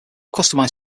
customized